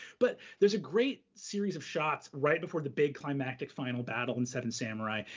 but there's a great series of shots right before the big, climactic final battle in seven samurai.